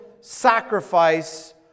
sacrifice